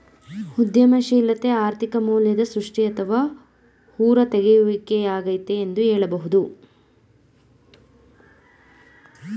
ಉದ್ಯಮಶೀಲತೆ ಆರ್ಥಿಕ ಮೌಲ್ಯದ ಸೃಷ್ಟಿ ಅಥವಾ ಹೂರತೆಗೆಯುವಿಕೆ ಯಾಗೈತೆ ಎಂದು ಹೇಳಬಹುದು